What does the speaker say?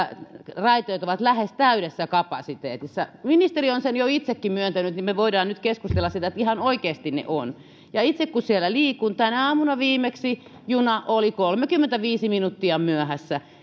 raiteet ovat lähes täydessä kapasiteetissa kun ministeri on sen jo itsekin myöntänyt niin me voimme nyt keskustella siitä että ihan oikeasti ne ovat ja itse kun siellä liikun tänä aamuna viimeksi juna oli kolmekymmentäviisi minuuttia myöhässä